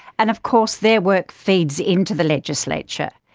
and of course their work feeds into the legislature.